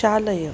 चालय